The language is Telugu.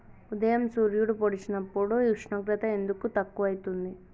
ఉదయం సూర్యుడు పొడిసినప్పుడు ఉష్ణోగ్రత ఎందుకు తక్కువ ఐతుంది?